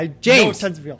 James